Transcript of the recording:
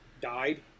died